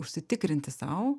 užsitikrinti sau